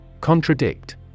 Contradict